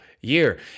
year